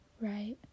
right